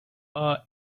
our